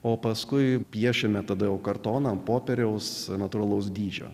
o paskui piešiame tada kartono popieriaus natūralaus dydžio